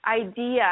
idea